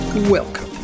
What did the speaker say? Welcome